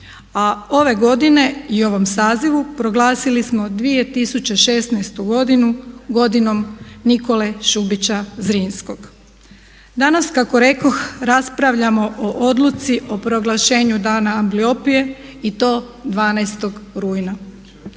A ove godine i u ovom sazivu proglasili smo 2016. godinu, godinom Nikole Šubića Zrinskog. Danas kako rekoh raspravljamo o Odluci o proglašenju dana ambliopije i to 12. rujna.